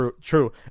true